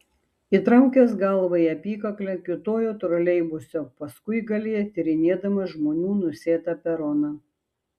įtraukęs galvą į apykaklę kiūtojo troleibuso paskuigalyje tyrinėdamas žmonių nusėtą peroną